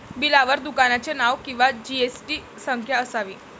बिलावर दुकानाचे नाव किंवा जी.एस.टी संख्या असावी